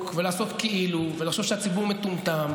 תודה.